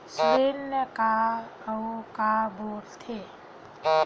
ऋण का अउ का बोल थे?